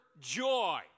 joy